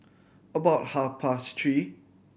about half past three